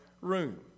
room